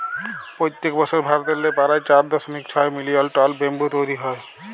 পইত্তেক বসর ভারতেল্লে পারায় চার দশমিক ছয় মিলিয়ল টল ব্যাম্বু তৈরি হ্যয়